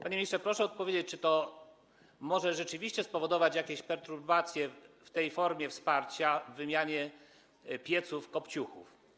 Panie ministrze, proszę odpowiedzieć, czy to może rzeczywiście spowodować jakieś perturbacje w tej formie wsparcia wymiany pieców kopciuchów.